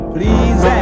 Please